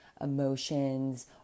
Emotions